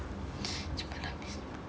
cepat lah please